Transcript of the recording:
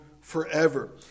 forever